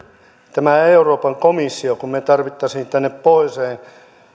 tämä euroopan komissio kun me tarvitsisimme tänne pohjoiseen